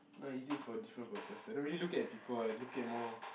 not easy for different purpose I don't really look at people I look at more